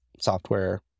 software